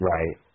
Right